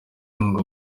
ngo